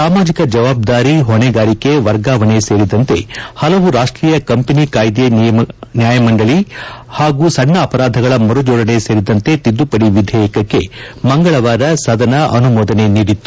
ಸಾಮಾಜಿಕ ಜವಾಬ್ದಾರಿ ಹೊಣೆಗಾರಿಕೆ ವರ್ಗಾವಣೆ ಸೇರಿದಂತೆ ಹಲವು ರಾಷ್ಟೀಯ ಕಂಪನಿ ಕಾಯ್ದೆ ನ್ಯಾಯಮಂಡಳಿ ಹಾಗೂ ಸಣ್ಣ ಅಪರಾಧಗಳ ಮರುಜೋಡಣೆ ಸೇರಿದಂತೆ ತಿದ್ದುಪದಿ ವಿಧೇಯಕಕ್ಕೆ ಮಂಗಳವಾರ ಸದನ ಅನುಮೋದನೆ ನೀಡಿತ್ತು